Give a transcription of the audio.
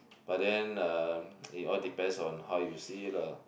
but then uh it all depends on how you see it lah